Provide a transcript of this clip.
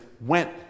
went